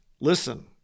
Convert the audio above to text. listen